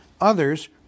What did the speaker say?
Others